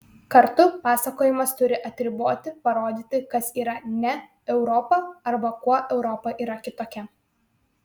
kartu pasakojimas turi atriboti parodyti kas yra ne europa arba kuo europa yra kitokia